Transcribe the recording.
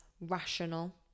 rational